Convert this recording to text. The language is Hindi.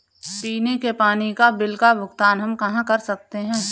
पीने के पानी का बिल का भुगतान हम कहाँ कर सकते हैं?